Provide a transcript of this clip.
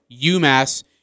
UMass